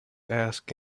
ask